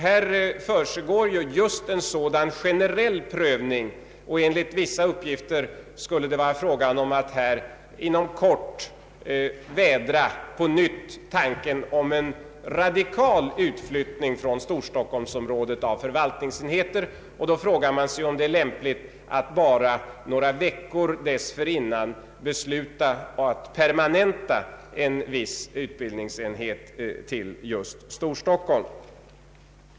Här försiggår just en sådan generell prövning, och enligt vissa uppgifter skulle det vara fråga om att inom kort på nytt vädra tanken på en radikal utflyttning från Storstockholmsområdet av förvaltningsenheter. Då frågar man sig om det är lämpligt att endast några veckor dessförinnan besluta att permanenta en viss utbildningsenhet till just Storstockholm.